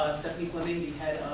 stephanie flemming head